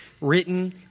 written